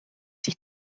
sich